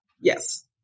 Yes